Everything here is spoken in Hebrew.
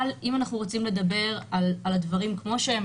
אבל אם אנחנו רוצים לדבר על הדברים כמו שהם,